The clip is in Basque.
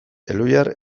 elhuyar